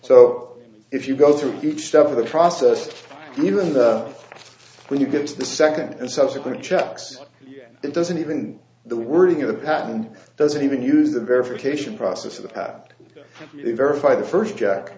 so if you go through each step of the process even when you get to the second and subsequent checks it doesn't even the wording of the patent doesn't even use the verification process of the pad you verify the first jack